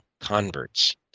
converts